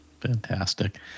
fantastic